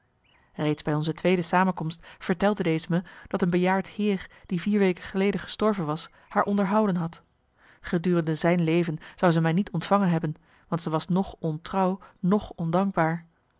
reeds bij onze tweede samenkomst vertelde deze me dat een bejaard heer die vier weken geleden gestorven was haar onderhouden had gedurende zijn leven zou ze mij niet ontvangen hebben want ze was noch ontrouw noch ondankbaar